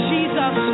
Jesus